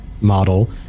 model